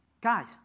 Guys